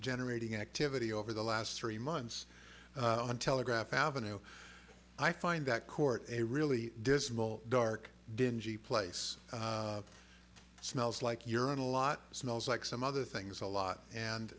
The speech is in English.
generating activity over the last three months on telegraph avenue i find that court a really dismantle dark dingy place smells like urine a lot smells like some other things a lot and